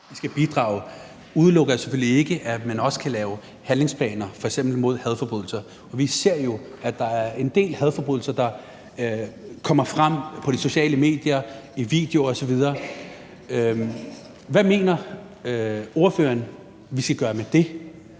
I skal bidrage – selvfølgelig ikke udelukker, at man også kan lave handlingsplaner, f.eks. mod hadforbrydelser. Og vi ser jo, at der er en del hadforbrydelser, der kommer frem på de sociale medier, i videoer osv. Hvad mener ordføreren vi skal gøre ved det?